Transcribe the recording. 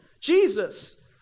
Jesus